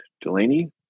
Delaney